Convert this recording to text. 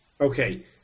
Okay